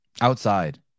Outside